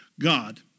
God